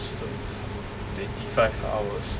so twenty five hours